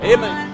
Amen